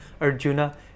Arjuna